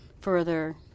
further